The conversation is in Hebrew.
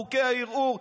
חוקי הערעור,